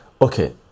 okay